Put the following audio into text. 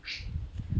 she